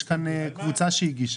יש כאן קבוצה שהגישה.